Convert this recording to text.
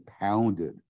pounded